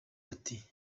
ati